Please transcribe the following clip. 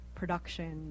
production